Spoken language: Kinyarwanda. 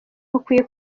bukwiye